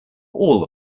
all